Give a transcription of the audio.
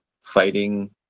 fighting